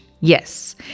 Yes